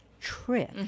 trick